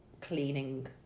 cleaning